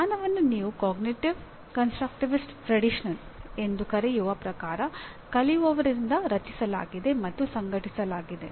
ಜ್ಞಾನವನ್ನು ನೀವು cognitivist constructivist tradition ಎಂದು ಕರೆಯುವ ಪ್ರಕಾರ ಕಲಿಯುವವರಿಂದ ರಚಿಸಲಾಗಿದೆ ಮತ್ತು ಸಂಘಟಿಸಲಾಗಿದೆ